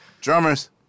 Drummers